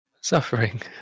suffering